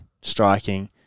striking